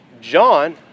John